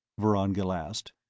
vorongil asked.